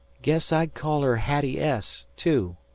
guess i'd call her hattie s, too.